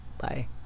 Bye